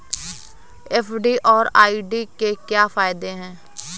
FD और RD के क्या फायदे हैं?